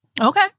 Okay